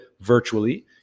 virtually